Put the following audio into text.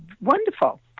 wonderful